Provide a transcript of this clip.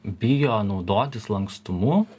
bijo naudotis lankstumu